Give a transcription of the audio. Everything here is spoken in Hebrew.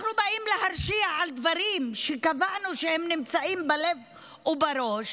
אנחנו באים להרשיע על דברים שקבענו שהם נמצאים בלב ובראש,